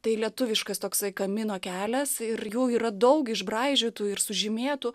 tai lietuviškas toksai kamino kelias ir jų yra daug išbraižytų ir sužymėtų